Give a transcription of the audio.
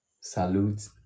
salute